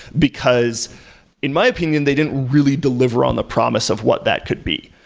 because in my opinion they didn't really deliver on the promise of what that could be.